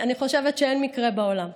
אני חושבת שאין מקרה בעולם.